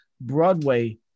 Broadway